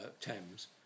Thames